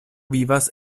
vivas